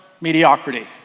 Mediocrity